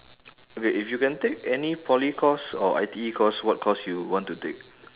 okay if you can take any poly course or I_T_E course what course you want to take